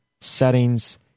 settings